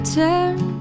turn